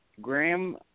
Graham